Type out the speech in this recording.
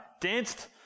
danced